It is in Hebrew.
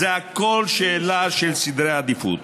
זה הכול שאלה של סדרי עדיפות.